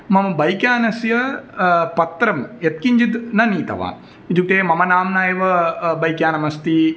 मम बैक् यानस्य पत्रं यत्किञ्चित् न नीतवान् इत्युक्ते मम नाम्ना एव बैक् यानम् अस्ति